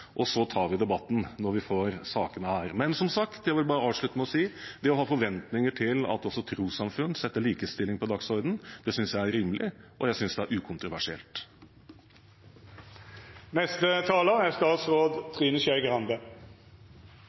Og så tar vi debatten når vi får sakene. Men, som sagt, jeg vil bare avslutte med å si: Det å ha forventninger til at også trossamfunn setter likestilling på dagsordenen, synes jeg er rimelig, og jeg synes det er ukontroversielt. Neste talar er statsråd Trine Skei Grande.